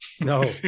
No